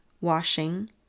washing